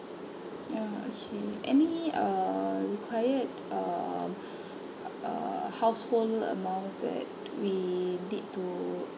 uh okay any uh required um uh household amount that we need to